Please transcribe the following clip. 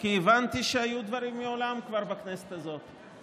כי הבנתי שכבר היו דברים מעולם בכנסת הזאת.